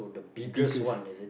biggest